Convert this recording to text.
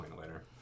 later